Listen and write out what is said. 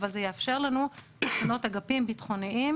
אבל זה יאפשר לנו לפנות אגפים ביטחוניים